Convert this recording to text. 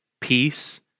peace